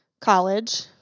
college